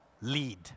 lead